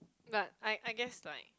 but I I guess like